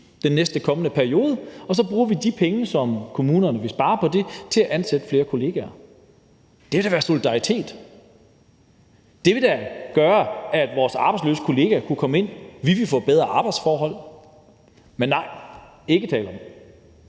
den næste kommende periode og så bruger de penge, som kommunerne vil spare på det, til at ansætte flere kollegaer? Det vil da være solidaritet. Det ville da gøre, at vores arbejdsløse kollegaer kunne komme ind. Vi ville få bedre arbejdsforhold. Men nej, ikke tale om. Det